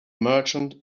merchant